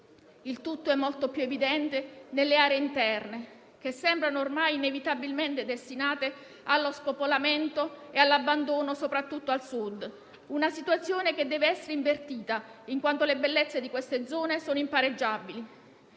Il tutto è molto più evidente nelle aree interne, che sembrano ormai inevitabilmente destinate allo spopolamento e all'abbandono, soprattutto al Sud. Tale situazione deve essere invertita, in quanto la bellezza di quelle zone è impareggiabile.